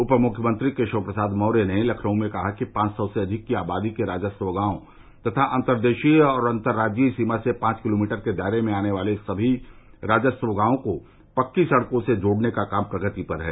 उप मख्यमंत्री केशव प्रसाद मौर्य ने लखनऊ में कहा कि सौ से अधिक की आबादी के राजस्व गांव तथा अन्तर्देशीय और अंतर्राज्यीय सीमा से पांच किलोमीटर के दायरे में आने वाले सभी राजस्व गांवों को पक्की सड़कों से जोड़ने का काम प्रगति पर है